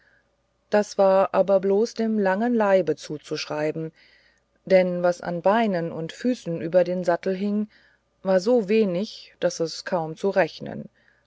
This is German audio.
das war aber bloß dem langen leibe zuzuschreiben denn was an beinen und füßen über den sattel hing war so wenig daß es kaum zu rechnen